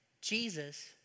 Jesus